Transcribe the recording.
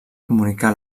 comunicar